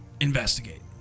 investigate